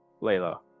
Layla